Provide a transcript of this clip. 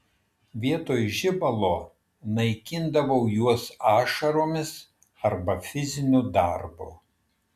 vietoj žibalo naikindavau juos ašaromis arba fiziniu darbu